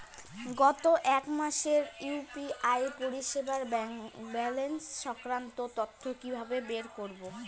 গত এক মাসের ইউ.পি.আই পরিষেবার ব্যালান্স সংক্রান্ত তথ্য কি কিভাবে বের করব?